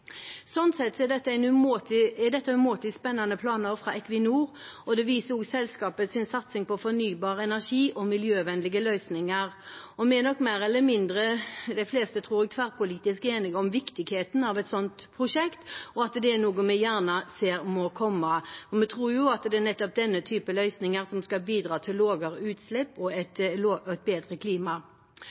sett er dette umåtelig spennende planer fra Equinor, og det viser også selskapets satsing på fornybar energi og miljøvennlige løsninger. De fleste av oss er nok, mer eller mindre, tverrpolitisk enige om viktigheten av et slikt prosjekt, og at det er noe vi ser må komme. Vi tror jo at det er nettopp denne typen løsninger som skal bidra til lavere utslipp og et